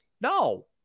No